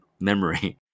memory